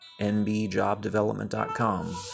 NBjobdevelopment.com